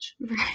Right